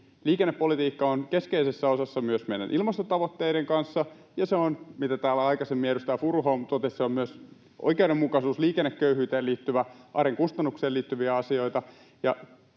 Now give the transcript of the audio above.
liikennepolitiikka on keskeisessä osassa myös meidän ilmastotavoitteiden kanssa, ja se on, kuten täällä aikaisemmin edustaja Furuholm totesi, myös oikeudenmukaisuuteen, liikenneköyhyyteen, arjen kustannuksiin liittyvä asia.